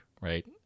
right